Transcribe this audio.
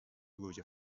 گوجه